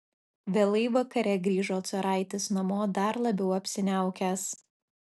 vėlai vakare grįžo caraitis namo dar labiau apsiniaukęs